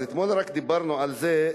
אנחנו רק אתמול דיברנו על זה,